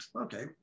Okay